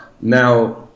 now